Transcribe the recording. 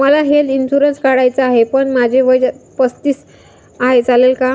मला health insurance काढायचा आहे पण माझे वय पस्तीस आहे, चालेल का?